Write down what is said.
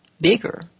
bigger